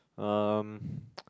um